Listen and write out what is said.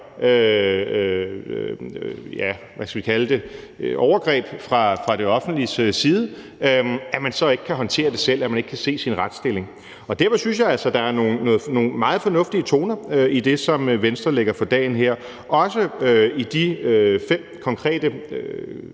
overgreb fra det offentliges side, så ikke kan håndtere det selv, at man ikke kan se sin retsstilling. Derfor synes jeg altså, der er nogle meget fornuftigt toner i det, som Venstre har lagt for dagen her – også i de fem konkrete